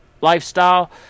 lifestyle